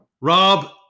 Rob